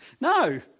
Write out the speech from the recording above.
no